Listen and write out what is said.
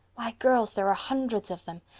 why, girls, there are hundreds of them.